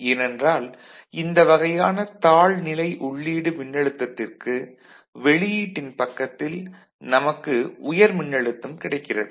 எனென்றால் இந்த வகையான தாழ்நிலை உள்ளீடு மின்னழுத்தத்திற்கு வெளியீட்டின் பக்கத்தில் நமக்கு உயர் மின்னழுத்தம் கிடைக்கிறது